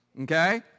Okay